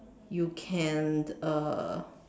you can uh